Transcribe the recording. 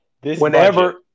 whenever